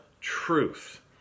truth